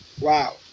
Wow